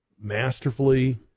masterfully